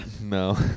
No